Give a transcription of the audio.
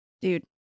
dude